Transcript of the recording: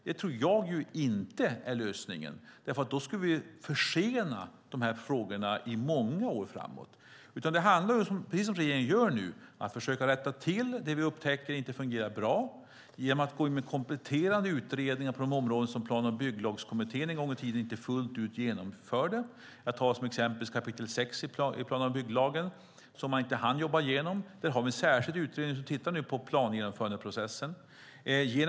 Det tror jag inte är lösningen, för det skulle försena dessa frågor i många år framåt. Det handlar om, precis som regeringen nu gör, att försöka rätta till det som vi upptäcker inte fungerar bra genom att gå in med kompletterande utredningar på de områden som Plan och bygglagskommittén en gång i tiden inte fullt ut genomförde. Låt mig som exempel ta kap. 6 i plan och bygglagen, som man inte hann jobba igenom. Där har vi en särskild utredning som tittar på plangenomförandeprocessen.